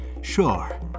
Sure